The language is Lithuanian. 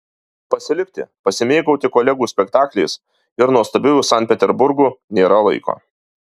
pasilikti pasimėgauti kolegų spektakliais ir nuostabiuoju sankt peterburgu nėra laiko